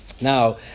Now